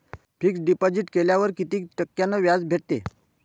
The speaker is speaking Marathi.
फिक्स डिपॉझिट केल्यावर कितीक टक्क्यान व्याज भेटते?